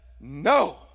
no